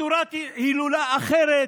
צורת הילולה אחרת,